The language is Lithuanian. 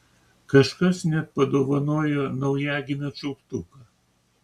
kažkas net padovanojo naujagimio čiulptuką